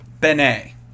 Benet